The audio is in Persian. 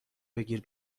بگیر